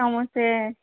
समोसे